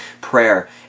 prayer